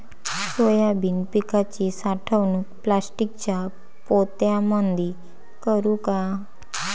Soybean पिकाची साठवणूक प्लास्टिकच्या पोत्यामंदी करू का?